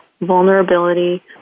vulnerability